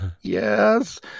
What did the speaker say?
yes